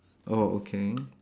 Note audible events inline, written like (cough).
oh okay (noise)